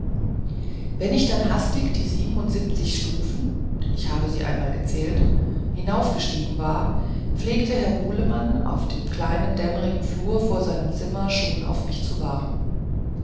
wenn ich dann hastig die siebenundsiebzig treppenstufen denn ich habe sie einmal gezählt hinaufgestiegen war pflegte herr bulemann auf dem kleinen dämmerigen flur vor seinem zimmer schon auf mich zu warten